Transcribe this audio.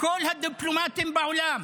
כל הדיפלומטים בעולם.